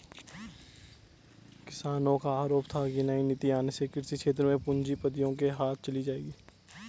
किसानो का आरोप था की नई नीति आने से कृषि क्षेत्र भी पूँजीपतियो के हाथ चली जाएगी